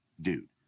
dude